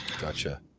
Gotcha